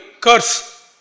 curse